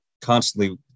constantly